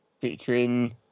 featuring